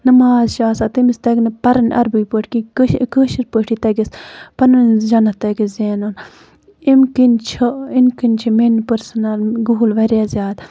نٮ۪ماز چھِ آسان تٔمِس تَگہِ نہٕ پَرٕنۍ عربی پٲٹھۍ کِینٛہہ کٲشِر پٲٹھی تَگیٚس پَنُن جَنت تَگیٚس زینُن اَمہِ کِنۍ چھِ اَمہِ کِنۍ چھِ میٲنہِ پٔرسٕنَل گول واریاہ زیادٕ